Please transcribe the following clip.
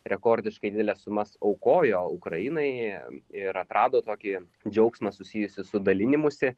rekordiškai dideles sumas aukojo ukrainai ir atrado tokį džiaugsmą susijusį su dalinimusi